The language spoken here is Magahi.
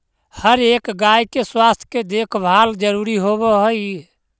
हर एक गाय के स्वास्थ्य के देखभाल जरूरी होब हई